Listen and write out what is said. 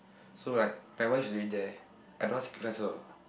so like my wife's already there I don't want to sacrifice her